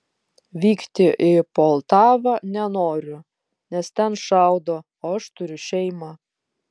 vykti į poltavą nenoriu nes ten šaudo o aš turiu šeimą